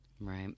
Right